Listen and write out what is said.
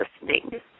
listening